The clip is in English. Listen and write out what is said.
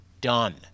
done